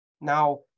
Now